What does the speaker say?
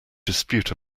dispute